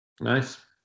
Nice